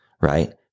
right